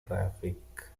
traffic